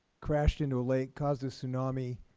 crashed into a lake, caused a tsunami,